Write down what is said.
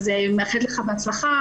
אז מאחלת לך בהצלחה,